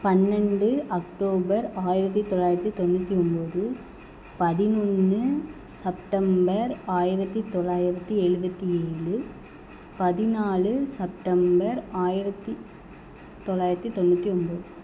பன்னெண்டு அக்டோபர் ஆயிரத்தி தொள்ளாயிரத்தி தொண்ணூற்றி ஒம்போது பதினொன்று செப்டம்பர் ஆயிரத்தி தொள்ளாயிரத்தி எழுபத்தி ஏழு பதினாலு செப்டம்பர் ஆயிரத்தி தொள்ளாயிரத்தி தொண்ணூற்றி ஒம்போது